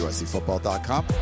USCFootball.com